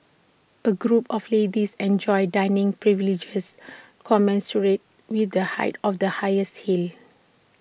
A group of ladies enjoys dining privileges commensurate with the height of the highest heel